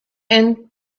and